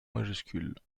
majuscules